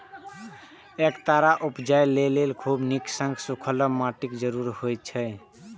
एकरा उपजाबय लेल खूब नीक सं सूखल माटिक जरूरत होइ छै